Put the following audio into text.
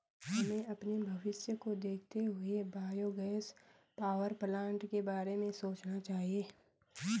हमें अपने भविष्य को देखते हुए बायोगैस पावरप्लांट के बारे में सोचना चाहिए